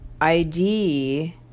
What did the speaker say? ID